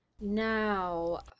Now